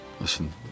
listen